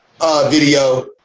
video